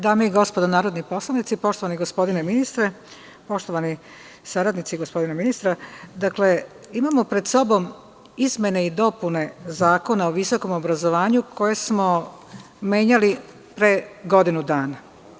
Dame i gospodo narodni poslanici, poštovani gospodine ministre, poštovani saradnici gospodina ministra, imamo pred sobom izmene i dopune Zakona o visokom obrazovanju, koje smo menjali pre godinu dana.